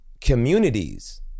communities